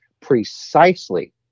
precisely